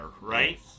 right